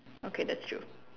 okay that's true